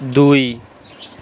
দুই